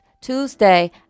Tuesday